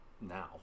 now